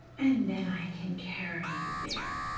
and then i can carry you there.